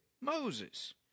Moses